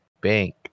bank